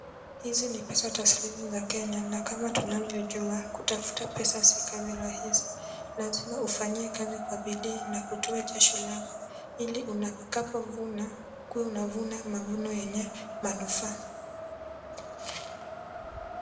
Hizi ni pesa taslimu za Kenya na kama tunavyojua, kutafuta pesa sio kazi rahisi. Lazima ufanye kazi kwa bidii na kutoa jasho lako, iliutakapo vuna, ukue unavuna mavuno yenye manufaa.